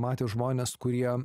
matė žmones kurie